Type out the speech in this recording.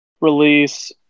release